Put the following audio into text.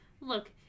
Look